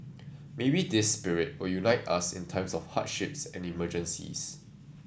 maybe this spirit will unite us in times of hardships and emergencies